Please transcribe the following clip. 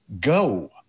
go